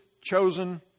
chosen